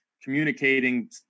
communicating